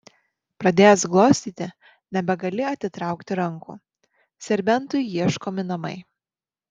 pradėjęs glostyti nebegali atitraukti rankų serbentui ieškomi namai